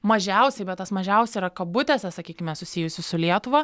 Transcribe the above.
mažiausiai bet tas mažiausiai yra kabutėse sakykime susijusių su lietuva